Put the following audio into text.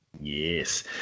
Yes